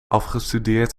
afgestudeerd